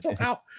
Ow